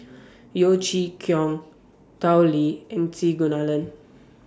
Yeo Chee Kiong Tao Li and C Kunalan